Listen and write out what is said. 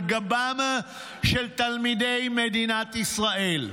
על גבם של תלמידי מדינת ישראל.